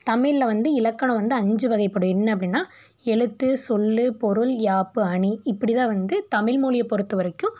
தமிழில் வந்து இலக்கணம் வந்து அஞ்சு வகைப்படும் என்ன அப்படின்னா எழுத்து சொல் பொருள் யாப்பு அணி இப்படிதான் வந்து தமிழ்மொழியைப் பொறுத்தவரைக்கும்